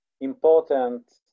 Important